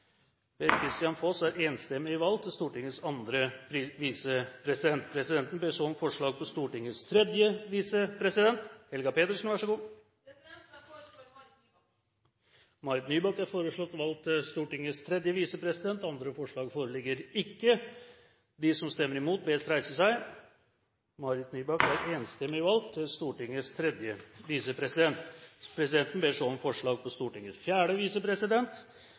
foreslå Per-Kristian Foss. Per-Kristian Foss er foreslått valgt til Stortingets andre visepresident. – Andre forslag foreligger ikke. Presidenten ber så om forslag på Stortingets tredje visepresident. Jeg foreslår Marit Nybakk. Marit Nybakk er foreslått valgt til Stortingets tredje visepresident. – Andre forslag foreligger ikke. Presidenten ber så om forslag på Stortingets fjerde visepresident.